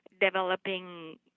developing